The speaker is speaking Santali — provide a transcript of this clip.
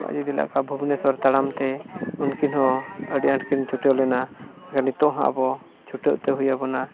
ᱤᱫᱤ ᱞᱮᱫ ᱠᱚᱣᱟ ᱵᱷᱩᱵᱽᱱᱮᱥᱥᱚᱨ ᱛᱟᱲᱟᱢ ᱛᱮ ᱩᱱᱠᱤᱱ ᱦᱚᱸ ᱟᱹᱰᱤ ᱟᱸᱴ ᱠᱤᱱ ᱪᱷᱩᱴᱟᱹᱣ ᱞᱮᱱᱟ ᱱᱤᱛᱚᱝ ᱦᱚᱸ ᱟᱵᱚ ᱪᱷᱩᱴᱟᱹᱣ ᱦᱩᱭ ᱟᱵᱚᱱᱟ